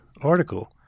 article